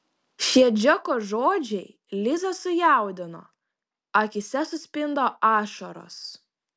šie džeko žodžiai lizą sujaudino akyse suspindo ašaros